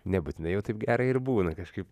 nebūtinai jau taip gera ir būna kažkaip